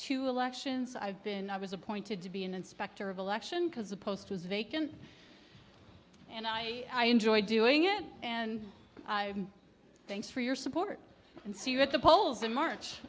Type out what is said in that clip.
two elections i've been i was appointed to be an inspector of election because the post was vacant and i enjoy doing it and thanks for your support and see you at the polls in march